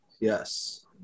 Yes